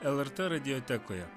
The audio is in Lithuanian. lrt radiotekoje